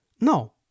No